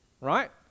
right